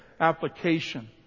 application